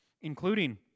including